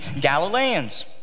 Galileans